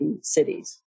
cities